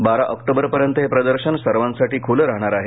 बारा ऑक्टोबरपर्यंत हे प्रदर्शन सर्वांसाठी खुलं राहणार आहे